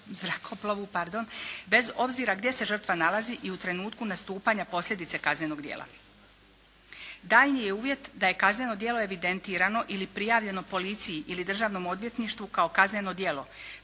bez obzira gdje se žrtva nalazi i u trenutku nastupanja posljedice kaznenog djela. Daljnji je uvjet da je kazneno djelo evidentirano ili prijavljeno policiji ili državnom odvjetništvu kao kazneno djelo.